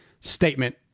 statement